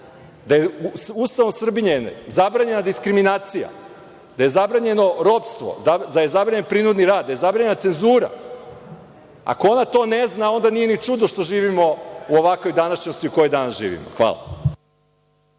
da je Ustavom Srbije zabranjena diskriminacija, da je zabranjeno ropstvo, da je zabranjen prinudni rad, da je zabranjena cenzura. Ako ona to ne zna, onda nije ni čudo što živimo u ovakvoj današnjosti u kojoj danas živimo. Hvala.